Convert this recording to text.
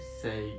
say